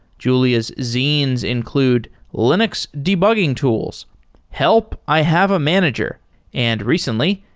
julia's zines include linux debugging tools help! i have a manager and recently,